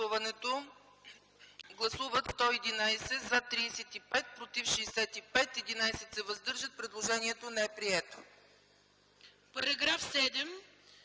Параграф 15